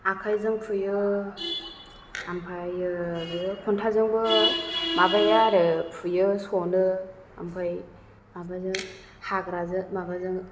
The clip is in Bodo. आखायजों फुयो ओमफ्रायो खन्थाजोंबो माबायो आरो फुयो सनो ओमफ्राय माबाजों हाग्राजों माबाजों